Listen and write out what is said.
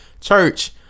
church